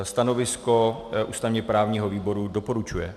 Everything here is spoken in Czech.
Stanovisko ústavněprávního výboru doporučuje.